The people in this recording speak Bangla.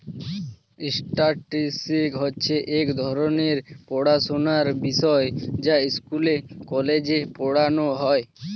স্ট্যাটিস্টিক্স হচ্ছে এক ধরণের পড়াশোনার বিষয় যা স্কুলে, কলেজে পড়ানো হয়